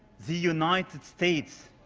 the united states